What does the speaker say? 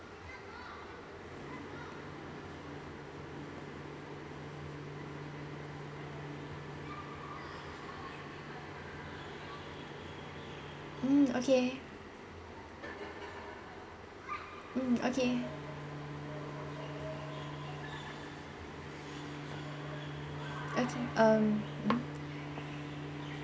mm okay mm okay okay um